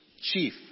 chief